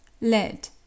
lead